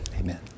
Amen